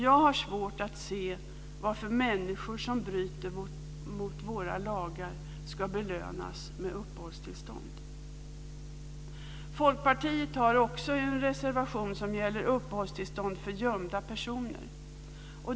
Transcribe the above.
Jag har svårt att se varför människor som bryter mot våra lagar ska belönas med uppehållstillstånd. Folkpartiet har också en reservation som gäller uppehållstillstånd för gömda personer.